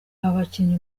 abakinnyi